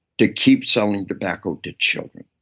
to keep selling tobacco to children.